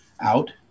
out